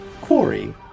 quarry